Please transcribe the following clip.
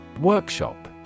Workshop